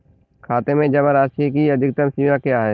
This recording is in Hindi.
खाते में जमा राशि की अधिकतम सीमा क्या है?